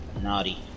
Naughty